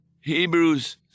Hebrews